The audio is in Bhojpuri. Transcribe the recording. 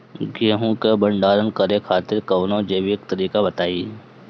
गेहूँ क भंडारण करे खातिर कवनो जैविक तरीका बताईं?